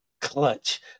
clutch